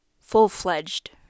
full-fledged